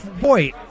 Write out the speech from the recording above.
Boy